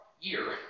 year